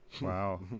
Wow